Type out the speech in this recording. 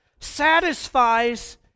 satisfies